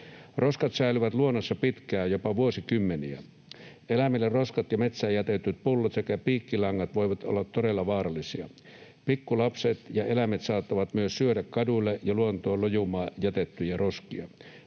Roskat säilyvät luonnossa pitkään, jopa vuosikymmeniä. Eläimille roskat ja metsään jätetyt pullot sekä piikkilangat voivat olla todella vaarallisia. Pikkulapset ja eläimet saattavat myös syödä kaduille ja luontoon lojumaan jätettyjä roskia.